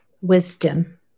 wisdom